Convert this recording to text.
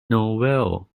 novel